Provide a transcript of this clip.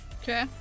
Okay